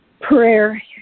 prayer